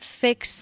fix